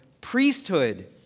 priesthood